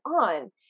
on